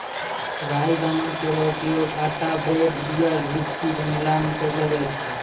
राई दाना केरो उपयोग आटा ब्रेड, बियर, व्हिस्की बनैला म करलो जाय छै